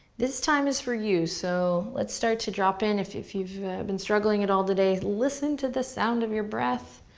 this time is for you, so let's start to drop in. if if you've been struggling at all today, listen to the sound of your breath,